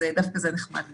כך שדווקא זה נחמד מאוד.